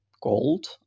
gold